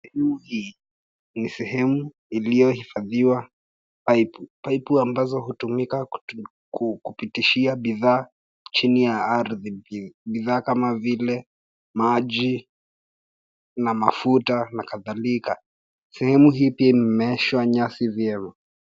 Eneo hii ni sehemu iliyohifadhiwa paipu. Paipu ambazo hutumika kupitishia bidhaa chini ya ardhi bidhaa kama vile maji na mafuta na kadhalika. Sehemu hii pia imemeeshwa nyasi vyema.